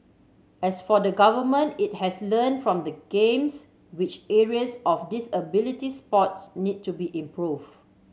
as for the Government it has learnt from the Games which areas of disability sports need to be improved